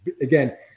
again